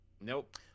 nope